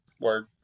Word